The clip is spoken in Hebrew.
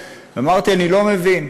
ואמרתי: אני לא מבין.